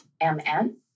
M-N